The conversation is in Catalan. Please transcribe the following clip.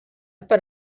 per